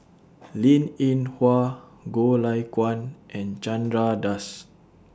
Linn in Hua Goh Lay Kuan and Chandra Das